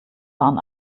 waren